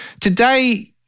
Today